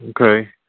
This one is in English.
Okay